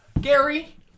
Gary